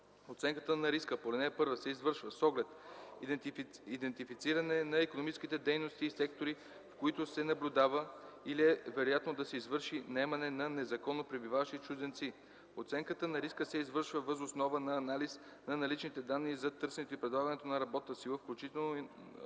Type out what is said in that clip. Оценката на риска по ал. 1 се извършва с оглед идентифициране на икономическите дейности и сектори, в които се наблюдава или е вероятно да се извърши наемане на незаконно пребиваващи чужденци. Оценката на риска се извършва въз основа на анализ на наличните данни за търсенето и предлагането на работна сила, включително на